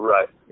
Right